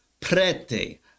prete